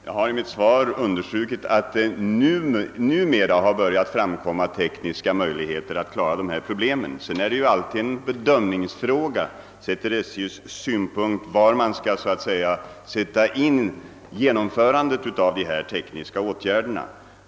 Herr talman! Jag har i mitt svar understrukit att det numera framkommit tekniskt godtagbara lösningar på hithörande problem. Sedan är det alltid en bedömningsfråga, sett ur SJ:s synpunkt, var dessa tekniska lösningar först skall sättas in.